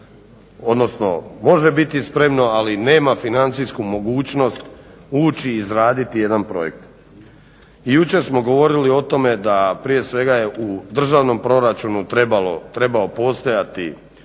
odnosno može biti spremno ali nema financijsku mogućnost ući i izraditi jedan projekt. I jučer smo govorili o tome da prije svega je u državnom proračunu trebao postojati